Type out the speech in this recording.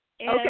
Okay